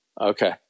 Okay